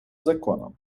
законом